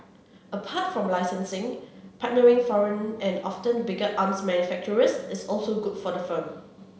apart from licencing partnering foreign and often bigger arms manufacturers is also good for the firm